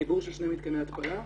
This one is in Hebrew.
חיבור של שני מתקני התפלה,